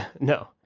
No